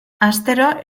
astero